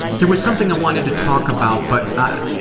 there was something i wanted to talk about but i,